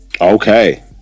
Okay